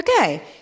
Okay